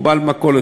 כמו בעל מכולת,